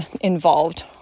involved